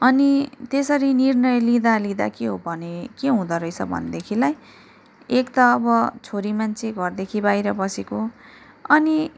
अनि त्यसरी निर्णय लिँदा लिँदा के हो भने के हुँदोरहेछ भनेदेखिलाई एक त अब छोरी मान्छे घरदेखि बाहिर बसेको अनि